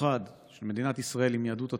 מיוחד של מדינת ישראל עם יהדות התפוצות,